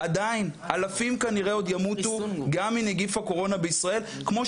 אנחנו כבר שנים דיברנו, עוד לפני הקורונה, על כך